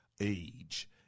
age